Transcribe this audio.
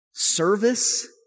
service